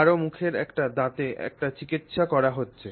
কারও মুখের একটি দাঁতে একটি চিকিৎসা করা আছে